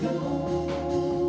no